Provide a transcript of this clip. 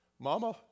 mama